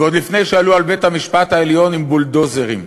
ועוד לפני שעלו על בית-המשפט העליון עם בולדוזרים.